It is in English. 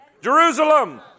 Jerusalem